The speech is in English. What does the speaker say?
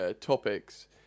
topics